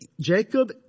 Jacob